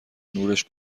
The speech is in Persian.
نورش